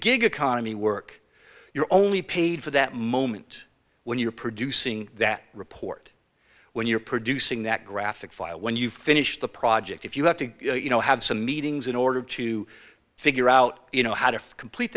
gig economy work you're only paid for that moment when you're producing that report when you're producing that graphic file when you finish the project if you have to you know have some meetings in order to figure out you know how to complete